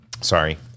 sorry